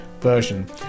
version